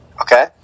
Okay